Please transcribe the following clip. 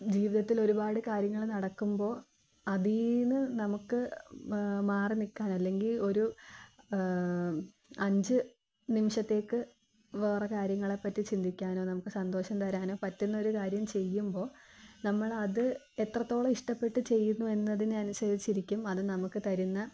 ജീവിതത്തിലൊരുപാട് കാര്യങ്ങൾ നടക്കുമ്പോൾ അതിൽ നിന്നു നമുക്ക് മാറി നിൽക്കാനല്ലെങ്കിൽ ഒരു അഞ്ചു നിമിഷത്തേക്കു വേറെ കാര്യങ്ങളെപ്പറ്റി ചിന്തിക്കാനൊ നമുക്ക് സന്തോഷം തരാനൊ പറ്റുന്ന ഒരു കാര്യം ചെയ്യുമ്പോൾ നമ്മളത് എത്രത്തോളമിഷ്ടപ്പെട്ടു ചെയ്യുന്നു എന്നതിനെ അനുസരിച്ചിരിക്കും അതു നമുക്കു തരുന്ന